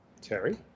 Terry